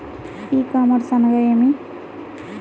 ఈ కామర్స్ అనగానేమి?